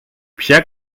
πια